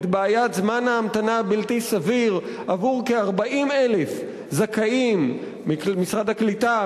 את בעיית זמן ההמתנה הבלתי-סביר עבור כ-40,000 זכאי משרד הקליטה,